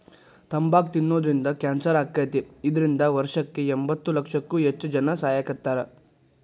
ತಂಬಾಕ್ ತಿನ್ನೋದ್ರಿಂದ ಕ್ಯಾನ್ಸರ್ ಆಕ್ಕೇತಿ, ಇದ್ರಿಂದ ವರ್ಷಕ್ಕ ಎಂಬತ್ತಲಕ್ಷಕ್ಕೂ ಹೆಚ್ಚ್ ಜನಾ ಸಾಯಾಕತ್ತಾರ